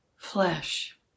flesh